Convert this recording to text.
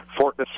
Fort